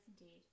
indeed